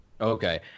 Okay